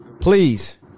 please